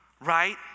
right